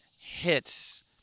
hits